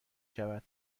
شود